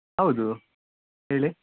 ಹೌದು ಹೇಳಿ